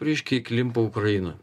reiškia įklimpo ukrainoj